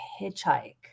hitchhike